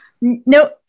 no